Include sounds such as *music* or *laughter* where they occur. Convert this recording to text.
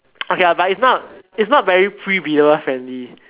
*noise* okay lah but it's not it's not very friendly